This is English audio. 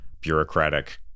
bureaucratic